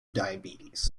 diabetes